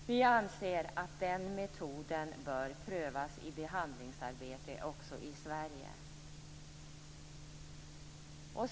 Vi anser att den metoden bör prövas i behandlingsarbete också i Sverige.